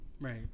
right